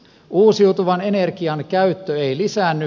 uusiutuvan energian käyttö ei lisäänny